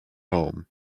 home